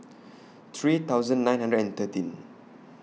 three thousand nine hundred and thirteen